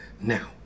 now